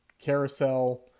Carousel